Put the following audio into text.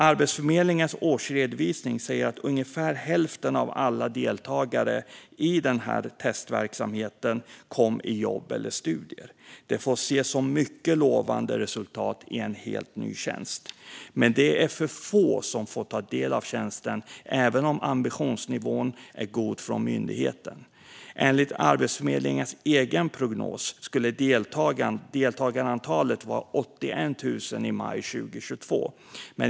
Arbetsförmedlingens årsredovisning säger att ungefär hälften av alla deltagare i testverksamheten kom i jobb eller studier. Det får ses som mycket lovande resultat av en helt ny tjänst. Men det är för få som får ta del av tjänsten, även om ambitionsnivån är god från myndigheten. Enligt Arbetsförmedlingens egen prognos skulle deltagarantalet vara 81 000 i maj 2022.